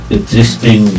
existing